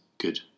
good